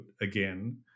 again